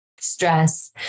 stress